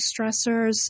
stressors